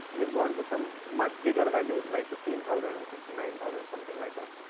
we have gone to some much bigger values like fifteen thousand and sixty nine thousand something like that.